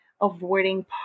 avoiding